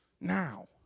now